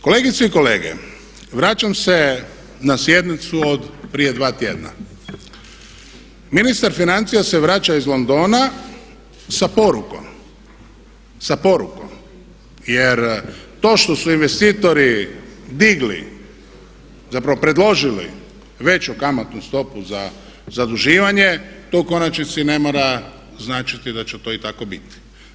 Kolegice i kolege vraćam se na sjednicu od prije 2 tjedna, ministar financija se vraća iz Londona sa porukom jer to što su investitori digli zapravo predložili veću kamatnu stopu za zaduživanje to u konačnici ne mora značiti da će to i tako biti.